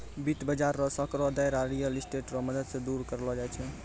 वित्त बाजार रो सांकड़ो दायरा रियल स्टेट रो मदद से दूर करलो जाय छै